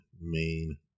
main